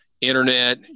Internet